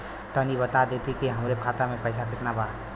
तनि बता देती की हमरे खाता में कितना पैसा बा?